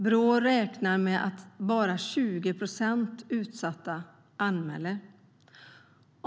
Brå räknar med att bara 20 procent av de utsatta anmäler.